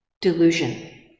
delusion